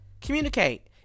Communicate